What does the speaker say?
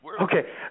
Okay